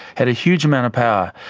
had a huge amount of power.